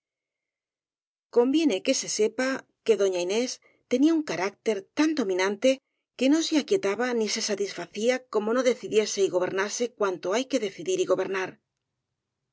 conviene que se sepa que doña inés tenía un carácter tan dominante que no se aquietaba ni se satisfacía como no decidiese y gobernase cuanto hay que decidir y gobernar